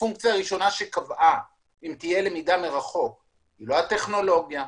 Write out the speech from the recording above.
הפונקציה הראשונה שקבעה אם תהיה למידה מרחוק היא לא הטכנולוגיה,